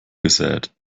gesät